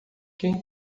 quem